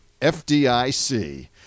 FDIC